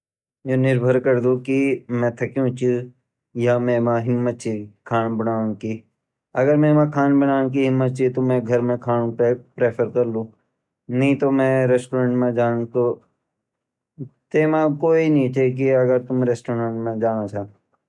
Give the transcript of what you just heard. यु निर्भर करदु की मैं थाक्यू ची या मैमा हिमत ची खांड बाडोंडे की अगर मैमा खानो बाणोंए हिम्मत वोली ता मैं घर मा खाणो बड़ोड़ प्रेफर करलु नीता मैं रेस्टुरेंट मा जोलु तेमा क्वे उ नी की तुम रेस्टुरेंट मा जांडा छिन।